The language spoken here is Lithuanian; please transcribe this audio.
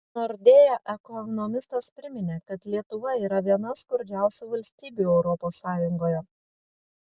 nordea ekonomistas priminė kad lietuva yra viena skurdžiausių valstybių europos sąjungoje